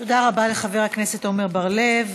תודה רבה לחבר הכנסת עמר בר-לב.